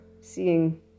seeing